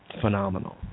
phenomenal